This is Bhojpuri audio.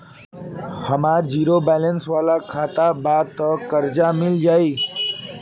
हमार ज़ीरो बैलेंस वाला खाता बा त कर्जा मिल जायी?